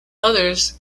others